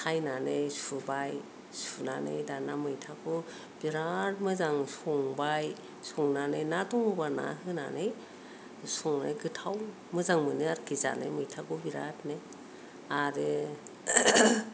सायनानै सुबाय सुनानै दाना मैथाखौ बिराद मोजां संबाय संनानै ना दङबा ना होनानै संनो गोथाव मोजां मोनो आरोखि मैथाखौ बिरादनो